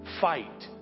fight